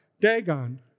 Dagon